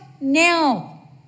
now